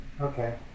Okay